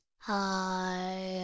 Hi